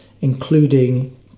including